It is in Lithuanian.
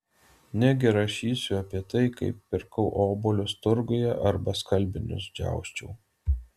negi rašysiu apie tai kaip pirkau obuolius turguje arba skalbinius džiausčiau